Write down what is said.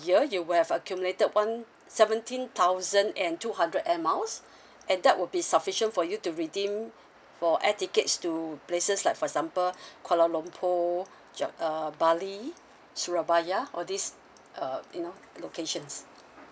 year you'll have accumulated one seventeen thousand and two hundred air miles and that would be sufficient for you to redeem for air tickets to places like for example kuala lumpur ja~ uh bali surabaya all this uh you know locations